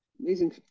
amazing